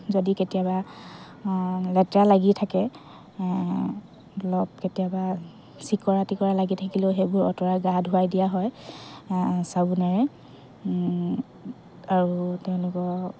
যদি কেতিয়াবা লেতেৰা লাগি থাকে লওক কেতিয়াবা চিকৰা টিকৰা লাগি থাকিলেও সেইবোৰ আঁতৰাই গা ধুৱাই দিয়া হয় চাবোনেৰে আৰু তেওঁলোকৰ